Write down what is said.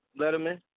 Letterman